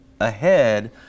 ahead